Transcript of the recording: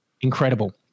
Incredible